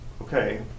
okay